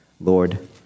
Lord